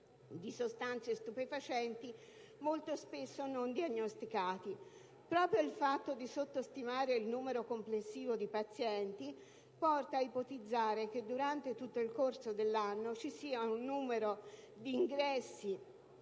di sostanze stupefacenti, molto spesso non diagnosticati. Proprio il fatto di sottostimare il numero complessivo di pazienti porta a ipotizzare che durante tutto il corso dell'anno ci sia un numero di ingressi